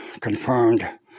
confirmed